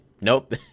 Nope